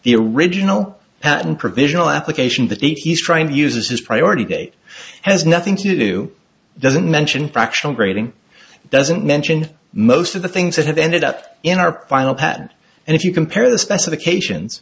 the original patent provisional application that he's trying to use as his priority date has nothing to do doesn't mention fractional grading doesn't mention most of the things that have ended up in our final patent and if you compare the specifications